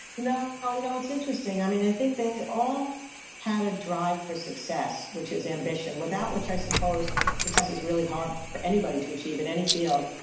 you know you know it's interesting. i mean i think they all had a drive for success, which is ambition, without which i suppose success is really hard for anybody to achieve in any field.